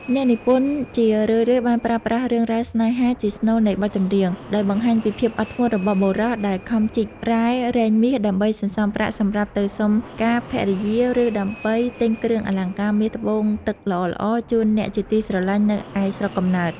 អ្នកនិពន្ធជារឿយៗបានប្រើប្រាស់រឿងរ៉ាវស្នេហាជាស្នូលនៃបទចម្រៀង ដោយបង្ហាញពីភាពអត់ធ្មត់របស់បុរសដែលខំជីករ៉ែរែងមាសដើម្បីសន្សំប្រាក់សម្រាប់ទៅសុំការភរិយា ឬដើម្បីទិញគ្រឿងអលង្ការមាសត្បូងទឹកល្អៗជូនអ្នកជាទីស្រឡាញ់នៅឯស្រុកកំណើត។